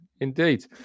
indeed